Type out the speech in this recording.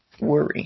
worry